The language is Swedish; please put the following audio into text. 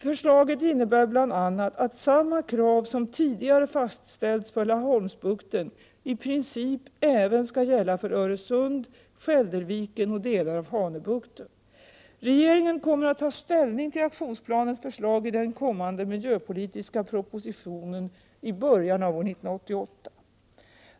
Förslaget innebär bl.a. att samma krav som tidigare fastställts för Laholmsbukten i princip även skall gälla för Öresund, Skälderviken och delar av Hanöbukten. Regeringen kommer att ta ställning till aktionsplanens förslag i den kommande miljöpolitiska propositionen i början av år 1988.